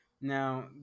now